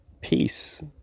peace